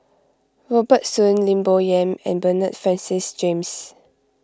Robert Soon Lim Bo Yam and Bernard Francis James